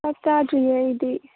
ꯆꯥꯛ ꯆꯥꯗ꯭ꯔꯤꯌꯦ ꯑꯩꯗꯤ